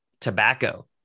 tobacco